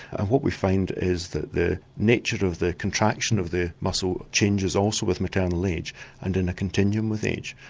and what we find is that the nature of the contraction of the muscle changes also with maternal age and in a continuum with age.